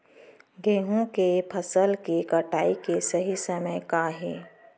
गेहूँ के फसल के कटाई के सही समय का हे?